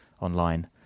online